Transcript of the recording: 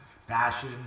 Fashion